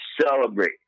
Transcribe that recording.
celebrate